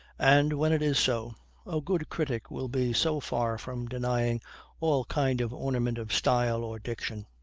and when it is so, a good critic will be so far from denying all kind of ornament of style or diction,